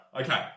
okay